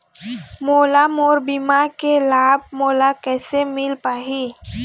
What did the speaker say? मोला मोर बीमा के लाभ मोला किसे मिल पाही?